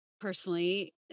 personally